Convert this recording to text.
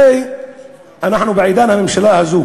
הרי אנחנו בעידן הממשלה הזאת